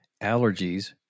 allergies